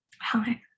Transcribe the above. Hi